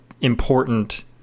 important